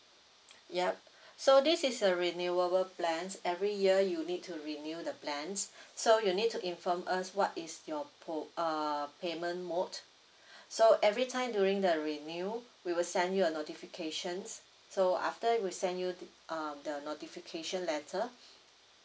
yup so this is a renewable plans every year you need to renew the plans so you need to inform us what is your po~ err payment mode so every time during the renew we will send you a notifications so after we send you t~ uh the notification letter